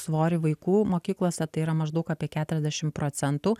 svorį vaikų mokyklose tai yra maždaug apie keturiasdešim procentų